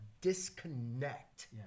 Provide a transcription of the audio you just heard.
disconnect